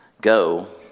Go